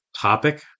topic